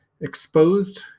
exposed